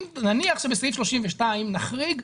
נניח שבסעיף 32 נחריג,